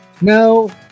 No